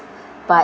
but